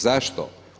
Zašto?